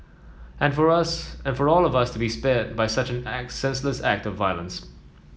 and for us and for all of us to be spared by such senseless act of violence